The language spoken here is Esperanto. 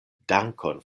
dankon